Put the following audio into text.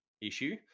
issue